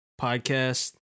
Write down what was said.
podcast